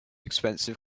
expensive